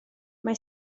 mae